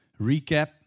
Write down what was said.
recap